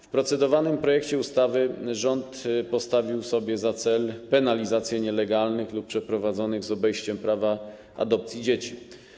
W procedowanym projekcie ustawy rząd postawił sobie za cel penalizację nielegalnych lub przeprowadzanych z obejściem prawa adopcji dzieci.